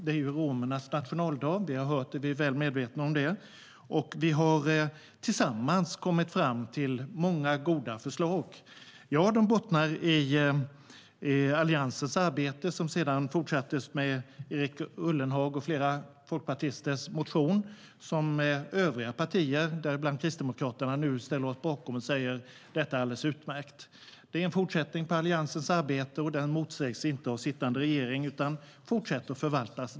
Det är romernas nationaldag. Vi är väl medvetna om det. Vi har tillsammans kommit fram till många goda förslag. De bottnar i Alliansens arbete, som fortsattes genom Erik Ullenhags och flera andra folkpartisters motion och som övriga partier, däribland Kristdemokraterna, nu ställer sig bakom. Det är alldeles utmärkt. Det är en fortsättning på Alliansens arbete, och motionen motsägs inte av sittande regering, utan den fortsätter att förvaltas.